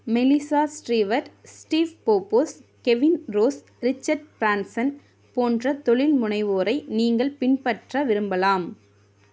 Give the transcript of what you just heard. மெலிசா Stewart Steve போப்போஸ் Kevin Rose Richard Branson போன்ற தொழில்முனைவோரை நீங்கள் பின்பற்ற விரும்பலாம்